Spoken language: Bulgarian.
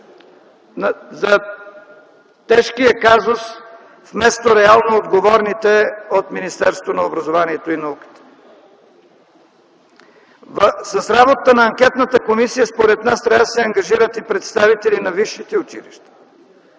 за тежкия казус вместо реално отговорните от Министерството на образованието и науката. С работата на Анкетната комисия, според нас трябва да се ангажират и представители на висшите училища